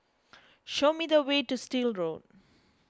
show me the way to Still Road